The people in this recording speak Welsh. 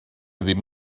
ddim